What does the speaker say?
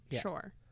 Sure